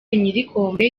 nyir’ikirombe